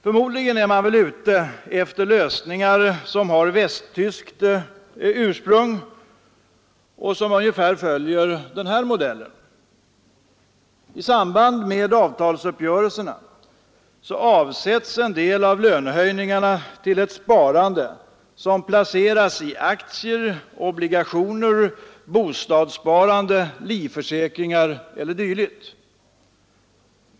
Förmodligen är man ute efter lösningar som har västtyskt ursprung, och som ungefär följer den här modellen: I samband med avtalsuppgörelserna avsätts en del av löneförhöjningarna till ett sparande, som placeras i aktier, obligationer, bostadssparande, livförsäkringar eller dylikt.